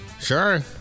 Sure